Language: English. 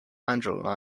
angela